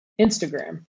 Instagram